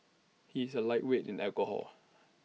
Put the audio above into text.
he is A lightweight in alcohol